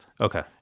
Okay